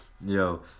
Yo